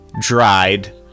dried